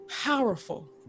powerful